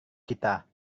kita